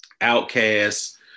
outcasts